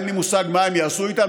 אין לי מושג מה הם יעשו איתם.